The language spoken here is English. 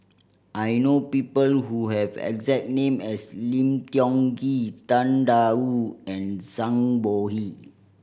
I know people who have exact name as Lim Tiong Ghee Tang Da Wu and Zhang Bohe